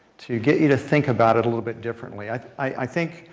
to get you to think about it a little bit differently. i i think,